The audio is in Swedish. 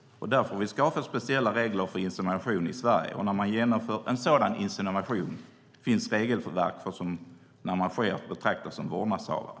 Därför har vi skapat speciella regler för insemination i Sverige, och när en sådan insemination genomförs finns regelverk för när en person betraktas som vårdnadshavare.